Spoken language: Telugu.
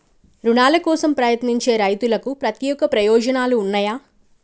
రుణాల కోసం ప్రయత్నించే రైతులకు ప్రత్యేక ప్రయోజనాలు ఉన్నయా?